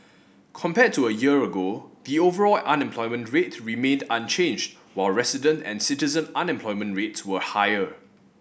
compared to a year ago the overall unemployment rate remained unchanged while resident and citizen unemployment rates were higher